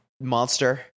monster